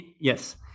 Yes